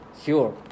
sure